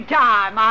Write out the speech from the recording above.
time